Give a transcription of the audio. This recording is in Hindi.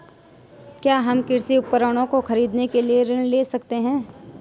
क्या हम कृषि उपकरणों को खरीदने के लिए ऋण ले सकते हैं?